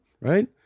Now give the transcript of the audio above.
right